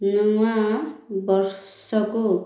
ନୂଆ ବର୍ଷକୁ